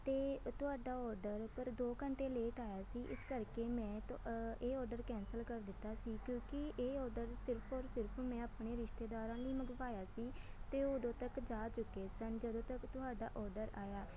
ਅਤੇ ਤੁਹਾਡਾ ਔਡਰ ਪਰ ਦੋ ਘੰਟੇ ਲੇਟ ਆਇਆ ਸੀ ਇਸ ਕਰਕੇ ਮੈਂ ਤ ਇਹ ਔਡਰ ਕੈਂਸਲ ਕਰ ਦਿੱਤਾ ਸੀ ਕਿਉਂਕਿ ਇਹ ਔਡਰ ਸਿਰਫ ਔਰ ਸਿਰਫ ਮੈਂ ਆਪਣੇ ਰਿਸ਼ਤੇਦਾਰਾਂ ਲਈ ਮੰਗਵਾਇਆ ਸੀ ਅਤੇ ਉਦੋਂ ਤੱਕ ਜਾ ਚੁੱਕੇ ਸਨ ਜਦੋਂ ਤੱਕ ਤੁਹਾਡਾ ਔਡਰ ਆਇਆ